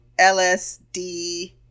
lsd